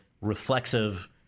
reflexive